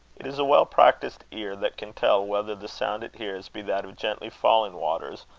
it is a well-practised ear that can tell whether the sound it hears be that of gently falling waters,